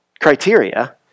criteria